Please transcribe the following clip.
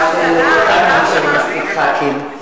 השר וילנאי, בבקשה.